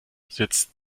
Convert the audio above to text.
sitzt